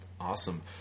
Awesome